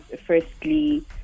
firstly